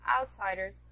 outsiders